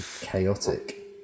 chaotic